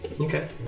Okay